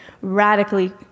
radically